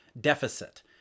deficit